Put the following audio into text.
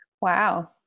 Wow